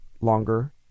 longer